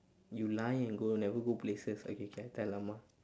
you lie and go never go places okay K I tell amma